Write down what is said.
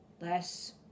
less